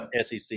sec